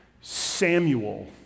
Samuel